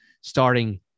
starting